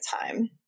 time